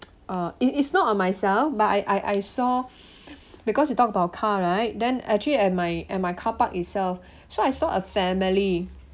uh it's it's not a myself but I I saw because you talk about car right then actually at my at my car park itself so I saw a family